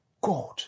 God